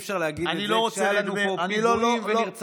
אי-אפשר להגיד את זה כשהיו לנו פה פיגועים ונרצחים.